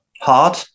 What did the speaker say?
hard